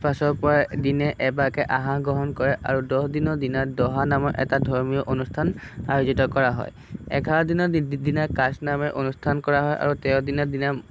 পাছৰ পৰাই দিনে এবাৰকে আহাৰ গ্ৰহণ কৰে আৰু দহদিনৰ দিনা দহা নামৰ এটা ধৰ্মীয় অনুষ্ঠান আয়োজিত কৰা হয় এঘাৰ দিনৰ দিনা কাজ নামে অনুষ্ঠান কৰা হয় আৰু তেৰ দিনৰ দিনা